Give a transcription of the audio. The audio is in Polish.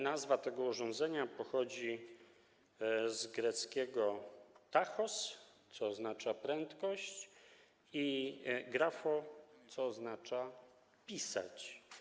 Nazwa tego urządzenia pochodzi z greckiego: tachos, co oznacza: prędkość, i grapho, co oznacza: pisać.